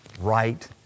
right